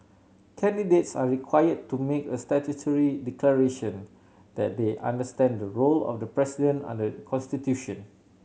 candidates are required to make a statutory declaration that they understand the role of the president under the constitution